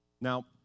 Now